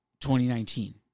2019